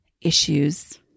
issues